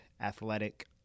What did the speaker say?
athletic